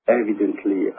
evidently